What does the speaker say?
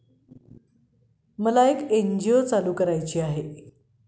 मला एक एन.जी.ओ चालू करायची आहे